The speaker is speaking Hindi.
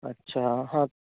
अच्छा हाँ